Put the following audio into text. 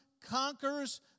conquers